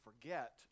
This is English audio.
forget